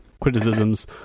criticisms